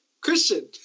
Christian